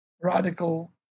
radical